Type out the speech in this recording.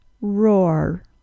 roar